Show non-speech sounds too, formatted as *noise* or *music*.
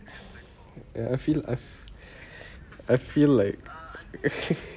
ya I feel I've I feel like *breath*